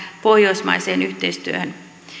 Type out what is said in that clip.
pohjoismaiseen yhteistyöhön